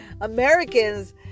americans